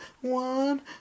one